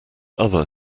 other